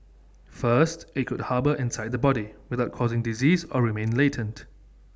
first IT could harbour inside the body without causing disease or remain latent